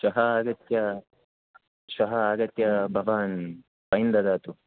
श्वः आगत्य श्वः आगत्य भवान् फैन् ददातु